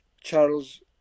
Charles